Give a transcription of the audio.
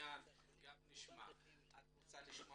אני מעריכה את שיתוף